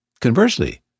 Conversely